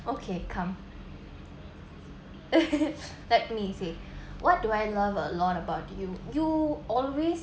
okay come let me say what do I love a lot about you you always